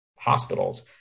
hospitals